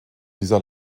dieser